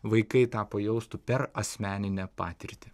vaikai tą pajaustų per asmeninę patirtį